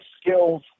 skills